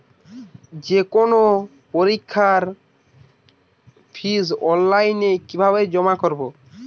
যে কোনো পরীক্ষার ফিস অনলাইনে কিভাবে জমা করব?